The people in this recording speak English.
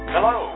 Hello